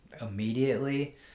immediately